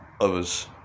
others